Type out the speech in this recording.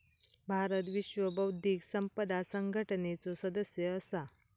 भारत विश्व बौध्दिक संपदा संघटनेचो सदस्य असा